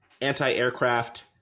anti-aircraft